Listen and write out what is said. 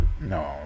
No